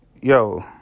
yo